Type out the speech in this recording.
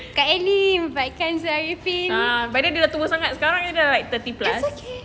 by then dia dah tua sangat sekarang dia dah like thirty plus